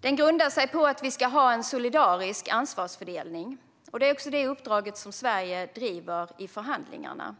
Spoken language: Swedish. Grunden är att vi ska ha en solidarisk ansvarsfördelning, och det är också detta som Sverige driver i förhandlingarna.